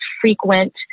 frequent